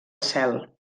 cel